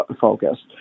focused